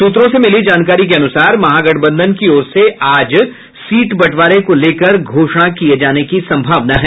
सूत्रों से मिली जानकारी के अनुसार महागठबंधन की ओर से आज सीट बंटवारे को लेकर घोषणा किये जाने की संभावना है